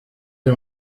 uyu